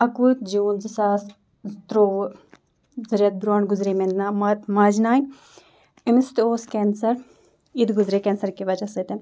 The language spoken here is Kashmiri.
اَکہٕ وُہ جوٗن زٕ ساس ترٛوٚوُہ زٕ رٮ۪تھ برٛونٛٹھ گُزرے مےٚ ماجہٕ نانۍ أمِس تہِ اوس کٮ۪نسر یہِ تہِ گُزرے کٮ۪نسَر کہِ وَجہ سۭتۍ